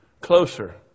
closer